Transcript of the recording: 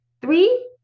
three